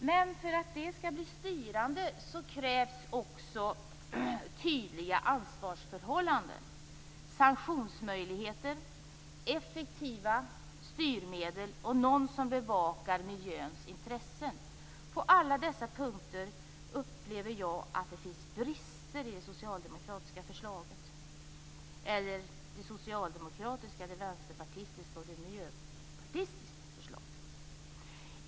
Men för att det skall bli styrande krävs också tydliga ansvarsförhållanden, sanktionsmöjligheter, effektiva styrmedel och någon som bevakar miljöns intressen. På alla dessa punkter upplever jag att det finns brister i det socialdemokratiska, vänsterpartistiska och miljöpartistiska förslaget.